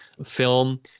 film